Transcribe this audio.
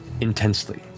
Intensely